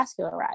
vascularized